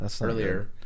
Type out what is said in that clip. Earlier